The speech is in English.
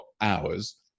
hours